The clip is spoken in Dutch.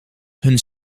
hun